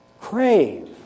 crave